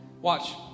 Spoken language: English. Watch